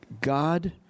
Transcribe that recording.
God